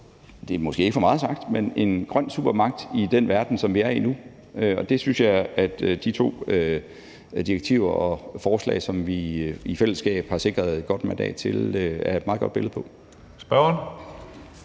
det er måske for meget sagt, en grøn supermagt i den verden, som vi er i nu, og det synes jeg de to direktiver og forslag, som vi i fællesskab har sikret et godt mandat til, er et meget godt billede på.